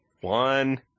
one